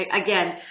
again,